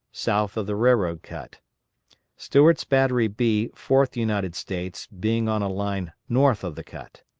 south of the railroad cut stewart's battery b fourth united states being on a line north of the cut.